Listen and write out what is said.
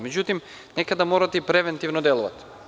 Međutim, nekada morate i preventivno delovati.